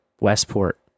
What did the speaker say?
Westport